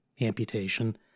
amputation